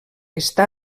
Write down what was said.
està